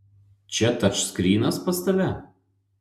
čia tačskrynas pas tave